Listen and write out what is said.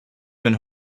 been